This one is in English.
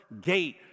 gate